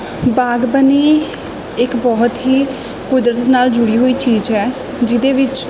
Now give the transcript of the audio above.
ਬਾਗਬਾਨੀ ਇੱਕ ਬਹੁਤ ਹੀ ਕੁਦਰਤ ਨਾਲ ਜੁੜੀ ਹੋਈ ਚੀਜ਼ ਹੈ ਜਿਹਦੇ ਵਿੱਚ